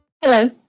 Hello